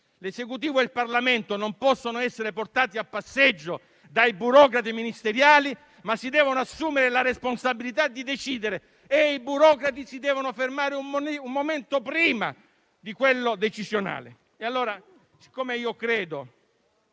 L'Esecutivo e il Parlamento non possono essere portati a passeggio dai burocrati ministeriali, ma si devono assumere la responsabilità di decidere e i burocrati si devono fermare un momento prima di quello decisionale. Personalmente, credo